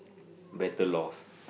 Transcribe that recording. better laws